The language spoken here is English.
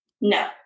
No